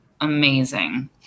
amazing